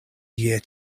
year